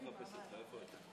תצביע איילת שקד.